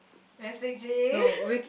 messaging